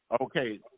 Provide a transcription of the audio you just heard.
Okay